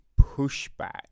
pushback